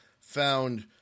found